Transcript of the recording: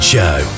Show